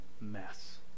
mess